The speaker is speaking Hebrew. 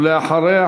ואחריה,